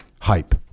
hype